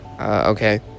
okay